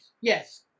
yes